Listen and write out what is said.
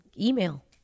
email